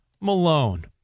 Malone